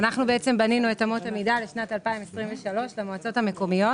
בנינו את אמות המידה לשנת 2023 למועצות המקומיות.